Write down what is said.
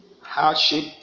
hardship